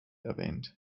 erwähnt